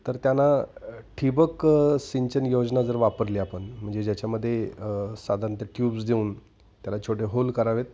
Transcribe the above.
तर त्यांना ठिबक सिंचन योजना जर वापरली आपण म्हणजे ज्याच्यामध्ये साधारणत ट्यूब्स देऊन त्याला छोटे होल करावेत